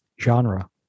genre